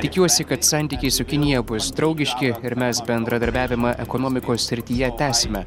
tikiuosi kad santykiai su kinija bus draugiški ir mes bendradarbiavimą ekonomikos srityje tęsime